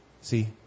see